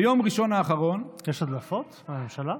ביום ראשון האחרון, יש הדלפות מהממשלה?